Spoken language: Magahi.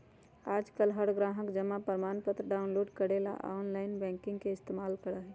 आजकल हर ग्राहक जमा प्रमाणपत्र डाउनलोड करे ला आनलाइन बैंकिंग के इस्तेमाल करा हई